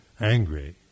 angry